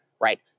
right